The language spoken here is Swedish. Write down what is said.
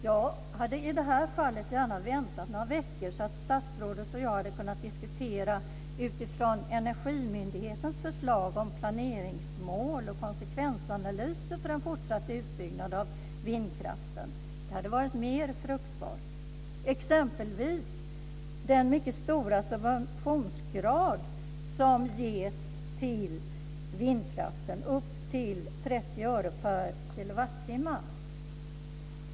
Jag hade i det här fallet väntat några veckor, så att statsrådet och jag hade kunnat diskutera utifrån Energimyndighetens förslag om planeringsmål och konsekvensanalyser för en fortsatt utbyggnad av vindkraften. Det hade varit mer fruktbart. Exempelvis vill jag ta upp den mycket stora subvention som ges till vindkraften, upp till 30 öre per kilowattimme.